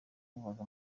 kubaga